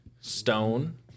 Stone